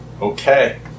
Okay